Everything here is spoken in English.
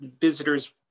visitors